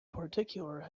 particular